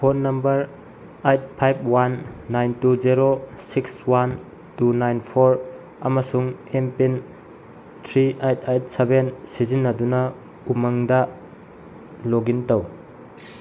phone number eight five one nine two zero six one two nine four ꯑꯃꯁꯨꯡ M pin three eight eight seven ꯁꯤꯖꯤꯟꯅꯗꯨꯅ ꯎꯃꯪꯗ ꯂꯣꯛ ꯏꯟ ꯇꯧ